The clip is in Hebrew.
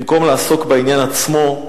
במקום לעסוק בעניין עצמו,